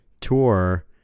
tour